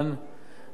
בשמירה ובניקיון,